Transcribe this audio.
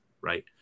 Right